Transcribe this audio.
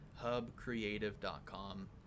hubcreative.com